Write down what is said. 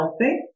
healthy